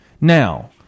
Now